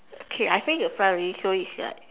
okay I face the front already so it's like